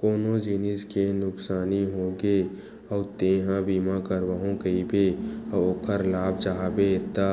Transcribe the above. कोनो जिनिस के नुकसानी होगे अउ तेंहा बीमा करवाहूँ कहिबे अउ ओखर लाभ चाहबे त